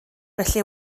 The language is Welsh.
felly